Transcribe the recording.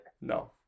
No